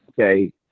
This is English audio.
Okay